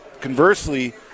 conversely